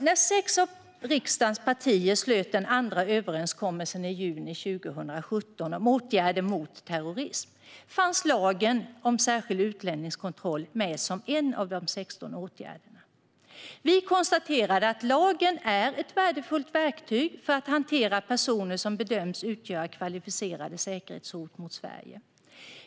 När sex av riksdagens partier i juni 2017 slöt den andra överenskommelsen om åtgärder mot terrorism fanns lagen om särskild utlänningskontroll med som en av de 16 åtgärderna. Vi konstaterade att lagen är ett värdefullt verktyg för att hantera personer som bedöms utgöra kvalificerade säkerhetshot mot Sverige.